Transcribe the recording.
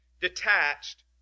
detached